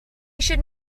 should